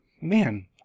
Man